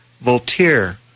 Voltaire